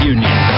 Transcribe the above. Union